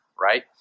right